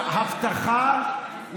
מה זה קשור לביטחון ישראל?